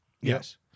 Yes